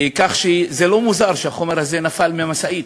כך שלא מוזר שהחומר הזה נפל מהמשאית.